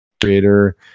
creator